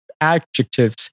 adjectives